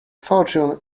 fortune